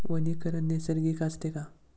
वनीकरण नैसर्गिक असते का?